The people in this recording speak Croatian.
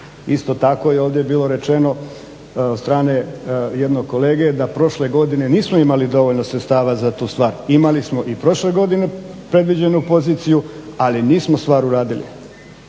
Isto tako je ovdje bilo rečeno od strane jednog kolege da prošle godine nismo imali dovoljno sredstava za tu stvar. Imali smo i prošle godine predviđenu poziciju, ali nismo stvar uradili.